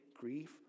grief